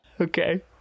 Okay